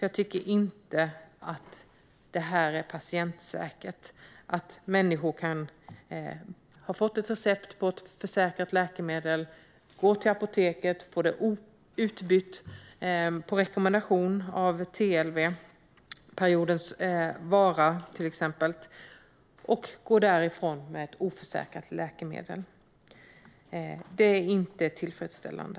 Jag tycker inte att det är patientsäkert att människor får recept på ett försäkrat läkemedel, går till apoteket och får det utbytt på rekommendation av TLV - till exempel till periodens vara - och går därifrån med ett oförsäkrat läkemedel. Det är inte tillfredsställande.